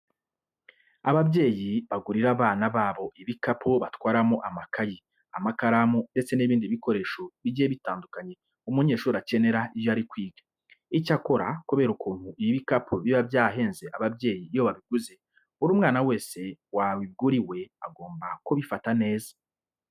Ababyeyi bagurira abana babo ibikapu batwaramo amakayi, amakaramu ndetse n'ibindi bikoresho bigiye bitandukanye umunyeshuri akenera iyo ari kwiga. Icyakora kubera ukuntu ibi bikapu biba byahenze ababyeyi iyo babiguze, buri mwana wese wabiguriwe agomba kubifata neza.